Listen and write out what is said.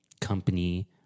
company